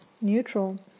neutral